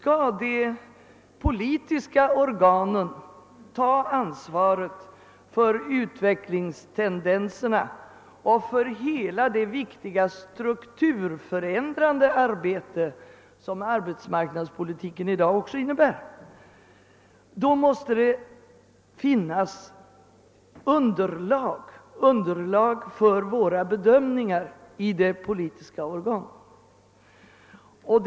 Om de politiska organen skall ta ansvaret för utvecklingstendenserna och för hela det viktiga strukturförändrande arbete som arbetsmarknadspolitiken i dag inrymmer, måste det enligt vår mening finnas underlag för bedömningarna i de politiska organen.